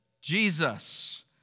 Jesus